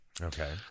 Okay